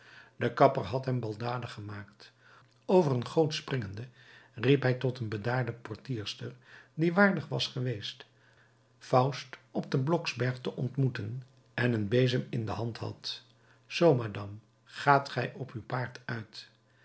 de kapper had hem baldadig gemaakt over een goot springende riep hij tot een gebaarde portierster die waardig was geweest faust op den bloksberg te ontmoeten en een bezem in de hand had zoo madam gaat gij op uw paard uit